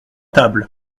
tables